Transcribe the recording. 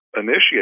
Initiate